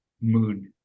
mood